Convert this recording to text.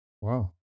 Wow